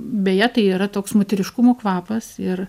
beje tai yra toks moteriškumo kvapas ir